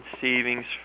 savings